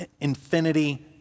infinity